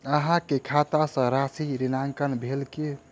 अहाँ के खाता सॅ राशि ऋणांकन भेल की?